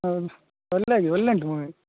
ಹೌದು ಒಳ್ಳೆ ಆಗಿದೆ ಒಳ್ಳೆ ಉಂಟು ಮೂವಿ